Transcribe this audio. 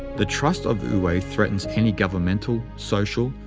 the trust of wu-wei threatens any governmental, social,